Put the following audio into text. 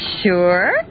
sure